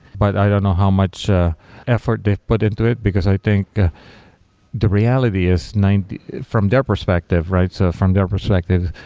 but i don't know how much effort they've put into it, because i think the reality is from their perspective, right? so from their perspective,